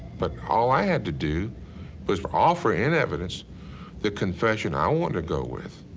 but all i had to do was offer in evidence the confession i wanted to go with.